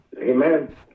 Amen